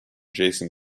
jason